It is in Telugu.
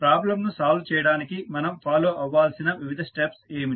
ప్రాబ్లంను సాల్వ్ చేయడానికి మనం ఫాలో కావాల్సిన వివిధ స్టెప్స్ ఏమిటి